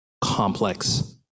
complex